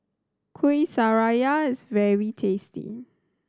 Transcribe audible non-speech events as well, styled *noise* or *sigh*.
kueh *unintelligible* is very tasty